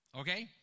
okay